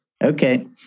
Okay